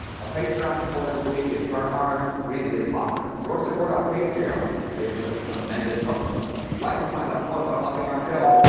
our patreon supporter of the week is bernhard rindlisbacher your support on patreon is a tremendous help for us. if you want like to find out more about helping our show,